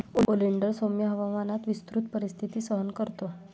oleander सौम्य हवामानात विस्तृत परिस्थिती सहन करतो